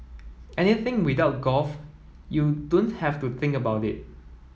anything without golf you don't have to think about it